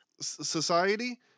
society